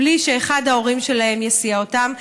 בלי שאחד ההורים שלהם יסיע אותם,